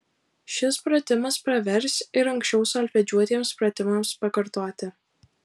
šis pratimas pravers ir anksčiau solfedžiuotiems pratimams pakartoti